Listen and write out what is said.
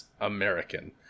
American